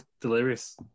delirious